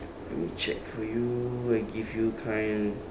let me check for you I give you kind